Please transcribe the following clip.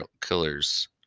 killers